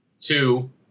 Two